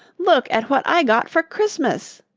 look at what i got for christmas.